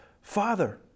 Father